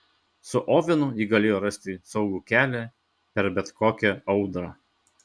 su ovenu ji galėjo rasti saugų kelią per bet kokią audrą